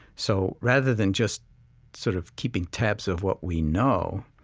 so rather than just sort of keeping tabs of what we know,